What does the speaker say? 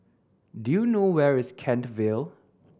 do you know where is Kent Vale